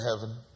heaven